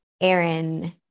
Aaron